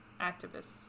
activists